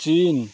China